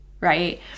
Right